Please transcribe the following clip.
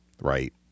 Right